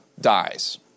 dies